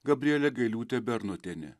gabrielė gailiūtė bernotienė